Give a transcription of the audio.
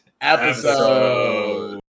episode